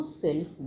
self